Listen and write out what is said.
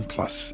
Plus